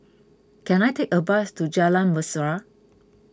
can I take a bus to Jalan Mesra